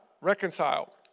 Reconcile